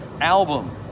album